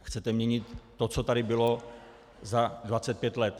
Chcete měnit to, co tady bylo za 25 let.